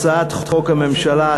הצעת חוק מטעם הממשלה,